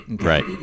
Right